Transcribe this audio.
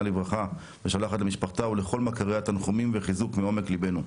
לברכה - ושולחת לכל משפחתה ולכל מכריה תנחומים וחיזוק מעומק לבנו.